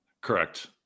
Correct